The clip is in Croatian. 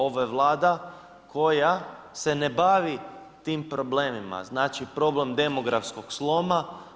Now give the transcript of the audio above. Ovo je Vlada koja se ne bavi tim problemima, znači problem demografskog sloma.